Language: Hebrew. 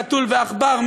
חתול ועכבר,